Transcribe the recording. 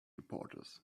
reporters